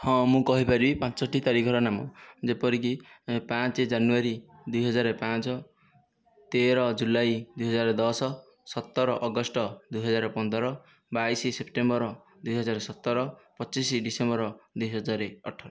ହଁ ମୁଁ କହିପାରିବି ପାଞ୍ଚଟି ତାରିଖର ନାମ ଯେପରିକି ପାଞ୍ଚ ଜାନୁଆରୀ ଦୁଇହଜାର ପାଞ୍ଚ ତେର ଜୁଲାଇ ଦୁଇହଜାର ଦଶ ସତର ଅଗଷ୍ଟ ଦୁଇହଜାର ପନ୍ଦର ବାଇଶ ସେପ୍ଟେମ୍ବର ଦୁଇହଜାର ସତର ପଚିଶ ଡିସେମ୍ବର ଦୁଇହଜାର ଅଠର